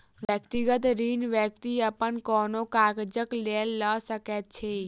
व्यक्तिगत ऋण व्यक्ति अपन कोनो काजक लेल लऽ सकैत अछि